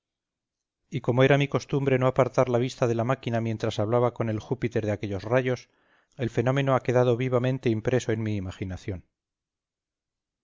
y como era mi costumbre no apartar la vista de la máquina mientras hablaba con el júpiter de aquellos rayos el fenómeno ha quedado vivamente impreso en mi imaginación